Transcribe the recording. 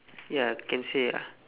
ya can say ah